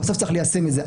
בסוף צריך ליישם את זה.